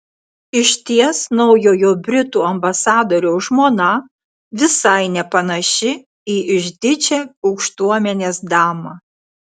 išties naujojo britų ambasadoriaus žmona visai nepanaši į išdidžią aukštuomenės damą